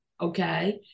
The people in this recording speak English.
okay